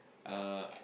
uh